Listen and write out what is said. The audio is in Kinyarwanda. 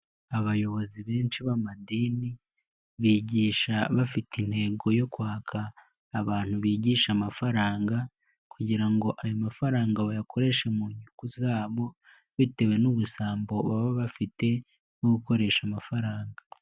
Abayobozi benshi b'amadini, bigisha bafite intego yo kwaka abantu bigisha amafaranga kugira ngo ayo mafaranga bayakoreshe mu nyungu zabo, bitewe n'ubusambo baba bafite bwo gukoresha amafaranga.